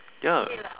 ya